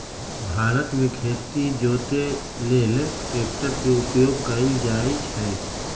भारत मे खेती जोते लेल ट्रैक्टर के उपयोग कएल जाइ छइ